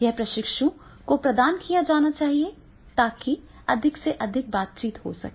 यह प्रशिक्षु को प्रदान किया जाना है ताकि अधिक से अधिक बातचीत हो सके